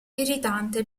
irritante